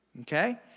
Okay